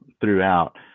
throughout